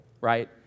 right